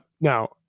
Now